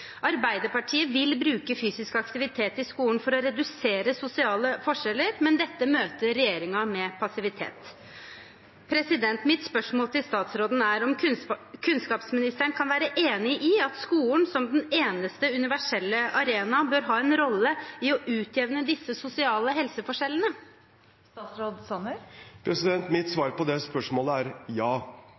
Arbeiderpartiet vil bruke fysisk aktivitet i skolen for å redusere sosiale forskjeller, men dette møter regjeringen med passivitet. Mitt spørsmål til statsråden er om kunnskapsministeren kan være enig i at skolen som den eneste universelle arena bør ha en rolle i å utjevne disse sosiale helseforskjellene. Mitt svar på det spørsmålet er ja.